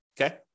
Okay